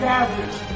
average